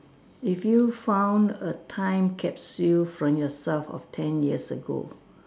if you found a time capsule from yourself of ten years ago